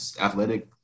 athletic